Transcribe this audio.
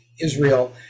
israel